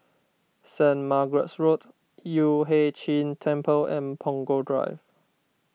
Saint Margaret's Road Yueh Hai Ching Temple and Punggol Drive